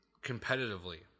competitively